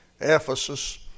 Ephesus